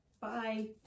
Bye